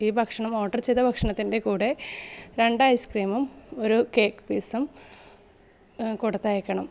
ഈ ഭക്ഷണം ഓർഡർ ചെയ്ത ഭക്ഷണത്തിൻ്റെ കൂടെ രണ്ട് ഐസ് ക്രീമും ഒരു കേക്ക് പീസും കൊടുത്തയക്കണം